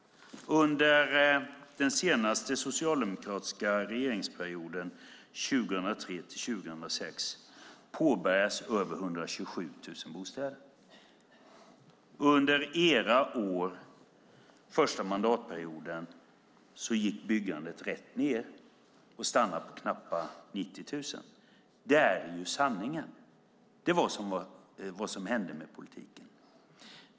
Under den senaste socialdemokratiska regeringsperioden, 2003-2006, påbörjades över 127 000 bostäder. Under era år första mandatperioden gick byggandet rätt ned och stannade på knappa 90 000. Det är sanningen. Det var vad som hände med politiken.